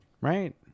Right